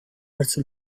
verso